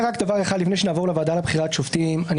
אני מציע שתעבור לנושא של הוועדה לבחירת שופטים.